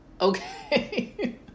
okay